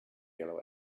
yellow